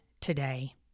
today